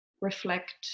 reflect